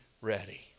ready